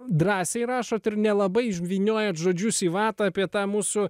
drąsiai rašot ir nelabai ž vyniojat žodžius į vatą apie tą mūsų